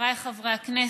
חבריי חברי הכנסת,